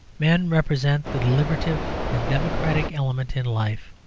men represent the deliberative and democratic element in life.